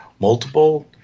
Multiple